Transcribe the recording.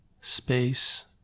space